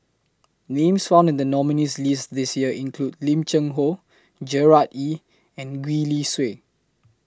Names found in The nominees' list This Year include Lim Cheng Hoe Gerard Ee and Gwee Li Sui